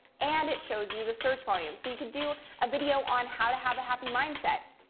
and it shows you the search volume. so, you can do a video on how to have happy mindset,